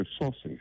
resources